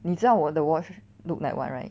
你知道我的 watch look like what right